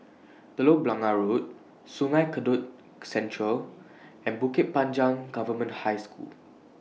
Telok Blangah Road Sungei Kadut Central and Bukit Panjang Government High School